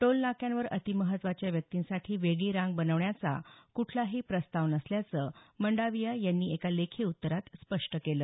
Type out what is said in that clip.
toll नाक्यांवर अतिमहत्त्वाच्या व्यक्तिंसाठी वेगळी रांग बनवण्याचा कुठलाही प्रस्ताव नसल्याचं मंडाविया यांनी एका लेखी उत्तरात स्पष्ट केलं